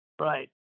Right